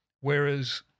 whereas